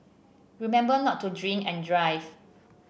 remember not to drink and drive